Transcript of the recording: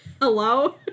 Hello